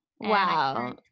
Wow